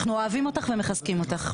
אנחנו אוהבים אותך ומחזקים אותך.